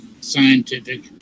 scientific